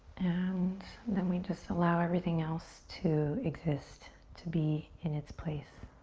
and then we just allow everything else to exist, to be in it's place.